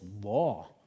law